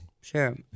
Sure